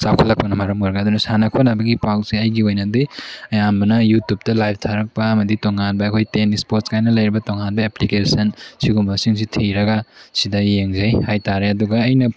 ꯆꯥꯎꯈꯠꯂꯛꯄꯅ ꯃꯔꯝ ꯑꯣꯏꯔꯒ ꯑꯗꯨꯅ ꯁꯥꯟꯅ ꯈꯣꯠꯅꯕꯒꯤ ꯄꯥꯎꯁꯦ ꯑꯩꯒꯤ ꯑꯣꯏꯅꯗꯤ ꯑꯌꯥꯝꯕꯅ ꯌꯨꯇꯨꯞꯇ ꯂꯥꯏꯐ ꯊꯥꯔꯛꯄ ꯑꯃꯗꯤ ꯇꯣꯉꯥꯟꯕ ꯑꯩꯈꯣꯏ ꯇꯦꯟꯅꯤꯁ ꯏꯁꯄꯣꯔꯠꯁ ꯀꯥꯏꯅ ꯂꯩꯔꯤꯕ ꯇꯣꯉꯥꯟꯕ ꯑꯦꯄ꯭ꯂꯤꯀꯦꯁꯟ ꯁꯤꯒꯨꯝꯕꯁꯤꯡꯁꯤ ꯊꯤꯔꯒ ꯁꯤꯗ ꯌꯦꯡꯖꯩ ꯍꯥꯏꯇꯥꯔꯦ ꯑꯗꯨꯒ ꯑꯩꯅ